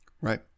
Right